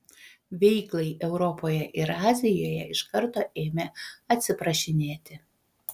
veiklai europoje ir azijoje iš karto ėmė atsiprašinėti